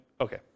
Okay